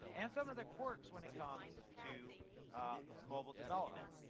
and some of the quirks when it comes to mobile development.